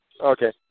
Okay